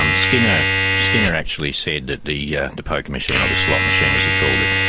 um skinner skinner actually said that the yeah the poker machine, or the slot machine as he called it,